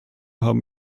haben